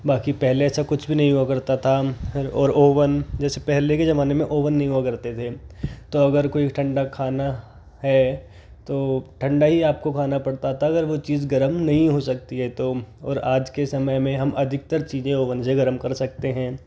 बाकी पहले ऐसा कुछ भी नहीं हुआ करता था और ओवन जैसे पहले के जमाने में ओवन नहीं हुआ करते थे तो अगर कोई ठंडा खाना है तो ठंडा ही आपको खाना पड़ता था अगर वह चीज़ गर्म नहीं हो सकती है तो और आज के समय में हम अधिकतर चीज़े ओवन से गर्म कर सकते हैं